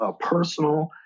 personal